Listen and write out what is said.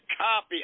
copy